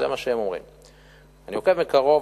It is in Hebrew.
אני עוקב מקרוב,